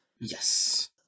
Yes